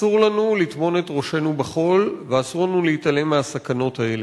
אסור לנו לטמון את ראשנו בחול ואסור לנו להתעלם מהסכנות האלה.